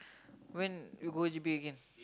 when you go J_B again